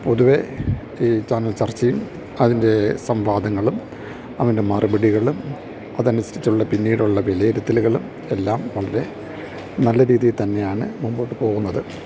പൊതുവെ ഈ ചാനൽ ചർച്ചയും അതിൻ്റെ സംവാദങ്ങളും അതിൻ്റെ മറുപടികളും അതനുസരിച്ചുള്ള പിന്നീടുള്ള വിലയിരുത്തലുകളും എല്ലാം വളരെ നല്ല രീതിയിൽ തന്നെയാണ് മുന്നോട്ടുപോകുന്നത്